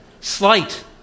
slight